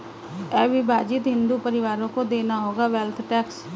अविभाजित हिंदू परिवारों को देना होगा वेल्थ टैक्स